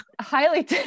highly